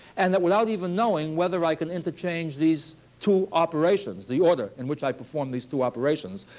and that without even knowing whether i can interchange these two operations, the order in which i perform these two operations,